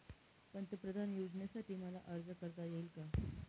पंतप्रधान योजनेसाठी मला अर्ज करता येईल का?